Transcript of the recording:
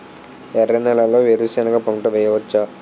ఎర్ర నేలలో వేరుసెనగ పంట వెయ్యవచ్చా?